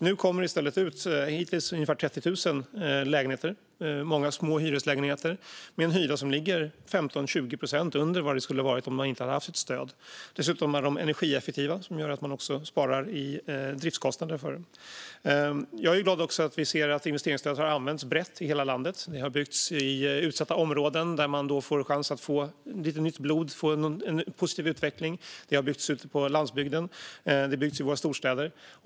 Nu kommer det i stället ut lägenheter, hittills ungefär 30 000, varav många är små hyreslägenheter med en hyra som ligger 15-20 procent under vad den skulle ha varit om man inte hade haft ett stöd. Dessutom är de energieffektiva, vilket gör att man också sparar i driftskostnader. Jag är glad för att vi ser att investeringsstödet har använts brett i hela landet. Det har byggts i utsatta områden där man får chans att få lite nytt blod och en positiv utveckling. Det har byggts ute på landsbygden, och det byggs i våra storstäder.